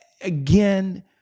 again